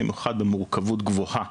במיוחד במורכבות גבוהה,